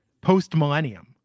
post-millennium